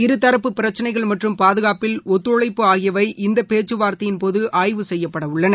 இருதரப்பு பிரச்சினைகள் மற்றும் பாதுகாப்பில் ஒத்துழைப்ப ஆகியவை இந்தபேச்சுவார்த்தையின்போதுஆய்வு செய்யப்படஉள்ளன